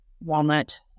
walnut